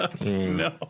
no